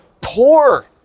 poor